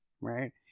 right